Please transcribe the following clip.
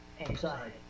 anxiety